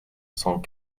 cent